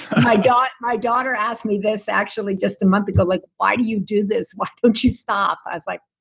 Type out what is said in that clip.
my daughter my daughter asked me this, actually, just a month ago, like, why do you do this? why don't you stop? i was like,